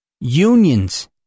unions